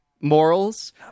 morals